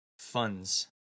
funds